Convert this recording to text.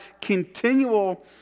continual